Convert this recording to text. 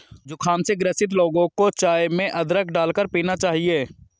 जुखाम से ग्रसित लोगों को चाय में अदरक डालकर पीना चाहिए